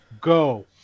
go